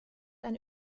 ein